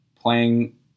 Playing